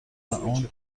اون